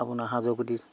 আপোনাৰ সাঁজৰ গুটি